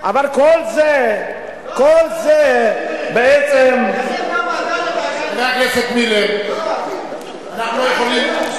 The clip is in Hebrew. כל זה בעצם, חבר הכנסת מילר, אנחנו לא יכולים.